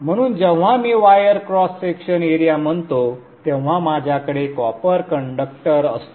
म्हणून जेव्हा मी वायर क्रॉस सेक्शन एरिया म्हणतो तेव्हा माझ्याकडे कॉपर कंडक्टर असतो